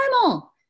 normal